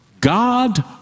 God